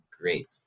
great